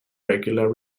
regular